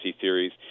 theories